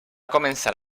començar